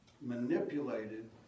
manipulated